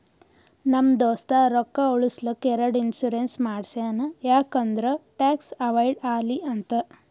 ನಮ್ ದೋಸ್ತ ರೊಕ್ಕಾ ಉಳುಸ್ಲಕ್ ಎರಡು ಇನ್ಸೂರೆನ್ಸ್ ಮಾಡ್ಸ್ಯಾನ್ ಯಾಕ್ ಅಂದುರ್ ಟ್ಯಾಕ್ಸ್ ಅವೈಡ್ ಆಲಿ ಅಂತ್